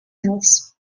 else